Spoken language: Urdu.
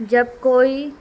جب کوئی